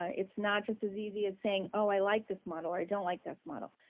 ah it's not just as easy as saying, oh, i like this model or i don't like this model.